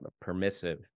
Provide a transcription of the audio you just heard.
permissive